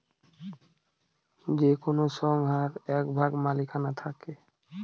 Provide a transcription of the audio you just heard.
যে কোনো সংস্থার এক ভাগ মালিকানা থাকে